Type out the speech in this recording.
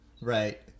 Right